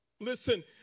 Listen